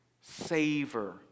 Savor